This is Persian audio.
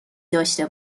داشته